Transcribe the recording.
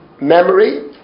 memory